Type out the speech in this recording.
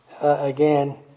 again